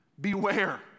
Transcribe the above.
Beware